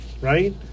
right